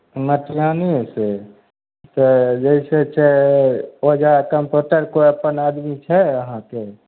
मटिहानीमे छै तऽ जइसे छै ओहि जग कम्पोटर कोइ अपन आदमी छै अहाँके